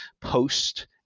post